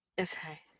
okay